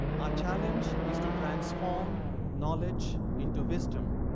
our challenge is to transform knowledge into wisdom,